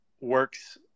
works